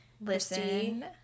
Listen